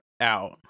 out